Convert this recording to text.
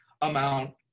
amount